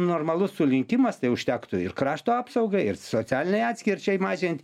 normalus sulinkimas tai užtektų ir krašto apsaugai ir socialinei atskirčiai mažint